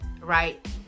right